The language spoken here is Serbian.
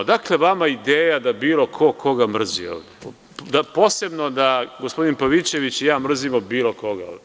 Odakle vama ideja da bilo ko koga mrzi ovde, posebno da gospodin Pavićević i ja mrzimo bilo koga ovde?